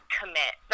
commit